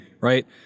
Right